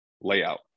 layout